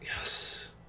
Yes